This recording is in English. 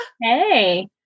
Hey